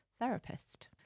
therapist